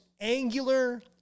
angular